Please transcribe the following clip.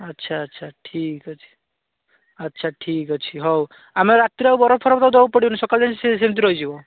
ଆଚ୍ଛା ଆଚ୍ଛା ଠିକ୍ଅଛି ଆଚ୍ଛା ଠିକ୍ଅଛି ହଉ ଆମେ ରାତିରେ ଆଉ ବରଫଫରପ ଆଉ ଦେବାକୁ ପଡ଼ିବନି ସକାଳ ଯାଏଁ ସେମିତି ରହିଯିବ